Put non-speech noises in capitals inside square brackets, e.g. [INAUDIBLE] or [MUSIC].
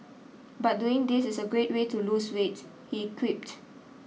but doing this is a great way to lose weight he quipped [NOISE]